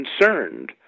concerned